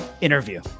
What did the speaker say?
interview